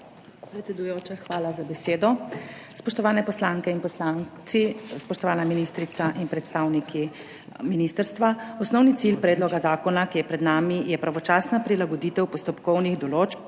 Predsedujoča, hvala za besedo. Spoštovani poslanke in poslanci, spoštovana ministrica in predstavniki ministrstva! Osnovni cilj predloga zakona, ki je pred nami, je pravočasna prilagoditev postopkovnih določb,